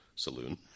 saloon